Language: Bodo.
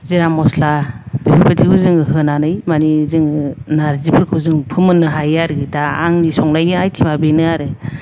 जिरा मस्ला बिफोरबादिखौ जोङो होनानै माने जोङो नार्जिफोरखौ जों फोमोन्नो हायो आरो दा आंनि संनायनि आइतेमा बेनो आरो